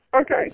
Okay